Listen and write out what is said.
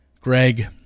Greg